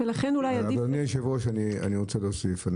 אדוני יושב הראש, אני רוצה להוסיף.